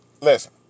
Listen